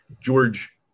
George